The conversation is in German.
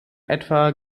etwa